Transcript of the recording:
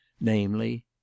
namely